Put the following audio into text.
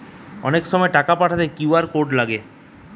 অনেক সময় টাকা পাঠাতে কিউ.আর কোড লাগে